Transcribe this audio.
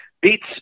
beats